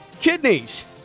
Kidneys